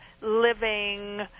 living